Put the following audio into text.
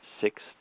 six